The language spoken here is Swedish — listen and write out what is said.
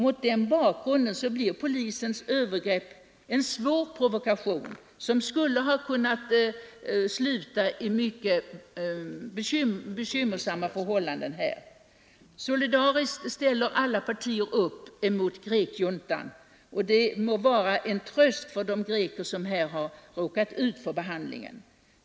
Mot den bakgrunden blir polisens övergrepp en svår provokation, som skulle ha kunnat få mycket bekymmersamma följder. Det förhållandet att alla partier solidariskt ställer upp mot grekjuntan må vara en tröst för de greker som här råkat ut för denna behandling.